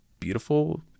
beautiful